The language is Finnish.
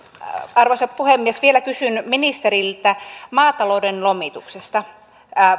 arvoisa puhemies vielä kysyn ministeriltä maatalouden lomituksesta